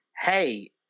hey